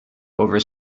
over